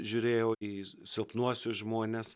žiūrėjau į silpnuosius žmones